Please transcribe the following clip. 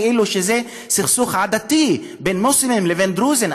כאילו זה סכסוך עדתי בין מוסלמים לבין דרוזים.